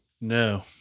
No